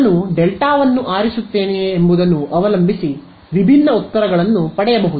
ನಾನು ಡೆಲ್ಟಾವನ್ನು ಆರಿಸುತ್ತೇನೆಯೇ ಎಂಬುದನ್ನು ಅವಲಂಬಿಸಿ ವಿಭಿನ್ನ ಉತ್ತರಗಳನ್ನು ಪಡೆಯಬಹುದು